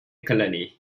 colony